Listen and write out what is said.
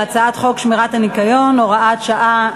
הצעת חוק שמירת הניקיון (הוראת שעה),